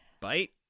bite